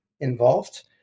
involved